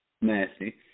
nasty